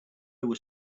was